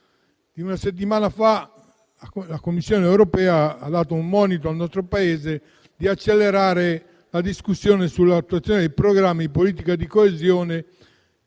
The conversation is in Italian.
Una settimana fa, la Commissione europea ha rivolto un monito al nostro Paese perché acceleri la discussione sull'attuazione dei programmi di politica di coesione